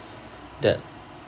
that